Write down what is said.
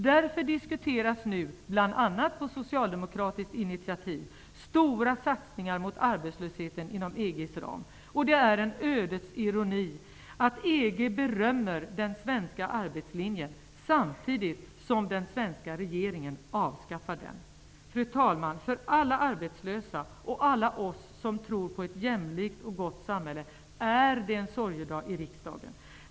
Därför diskuteras nu, bl.a. på socialdemokratiskt initiativ, stora satsningar mot arbetslösheten inom EG:s ram. Det är en ödets ironi att EG berömmer den svenska arbetslinjen, samtidigt som den svenska regeringen avskaffar den. Fru talman! För alla arbetslösa och alla oss som tror på ett jämlikt och gott samhälle är det en sorgedag i riksdagen.